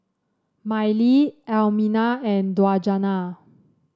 Mylie Almina and Djuna